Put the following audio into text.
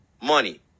money